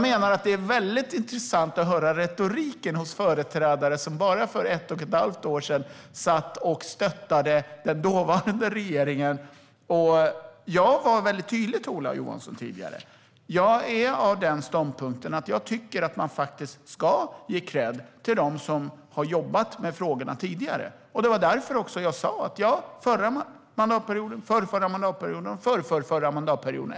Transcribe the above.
Det är väldigt intressant att höra retoriken hos företrädare som för bara ett och ett halvt år sedan stöttade den dåvarande regeringen. Jag var tidigare mycket tydlig, Ola Johansson. Jag tycker att man ska ge kredd till dem som tidigare har jobbat med frågorna. Det var därför som jag nämnde förra, förrförra och förrförrförra mandatperioden.